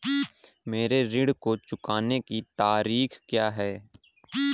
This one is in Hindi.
मेरे ऋण को चुकाने की तारीख़ क्या है?